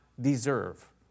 deserve